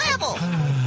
level